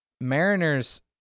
Mariner's